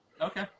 Okay